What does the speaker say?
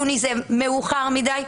יוני זה מאוחר מדי.